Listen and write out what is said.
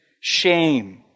shame